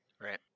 right